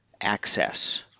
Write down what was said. access